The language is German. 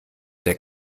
der